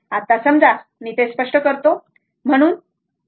आत्ता समजा मी ते स्पष्ट करतो